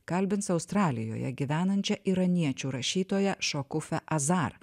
kalbins australijoje gyvenančią iraniečių rašytoją šokufę azar